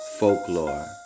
folklore